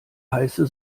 heiße